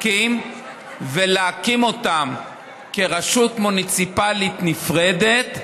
ולהקים אותם כרשות מוניציפלית נפרדת,